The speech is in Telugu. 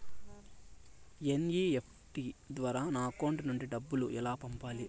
ఎన్.ఇ.ఎఫ్.టి ద్వారా నా అకౌంట్ నుండి డబ్బులు ఎలా పంపాలి